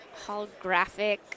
holographic